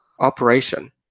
operation